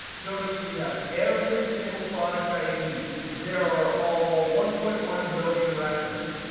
notice we have every single product id. there are all one point one million records.